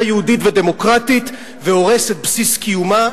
יהודית ודמוקרטית והורס את בסיס קיומה,